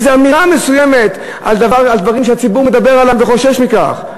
איזו אמירה מסוימת על דברים שהציבור מדבר עליהם וחושש מכך,